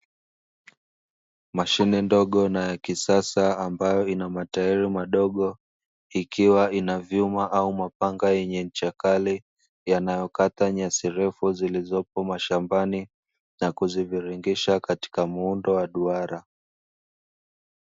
Mashine ndogo na yakisasa ambayo ina matairi madogo, ikiwa inavyuma au mapanga yenye ncha kali, yanayokata nyasi ndefu zilizopo shambani na kuziviringisha katika muundo wa duara.